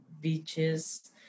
beaches